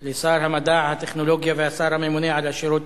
לשר המדע והטכנולוגיה והשר הממונה על השירות